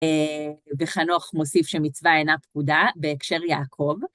וחנוך מוסיף שמצווה אינה פקודה בהקשר יעקב.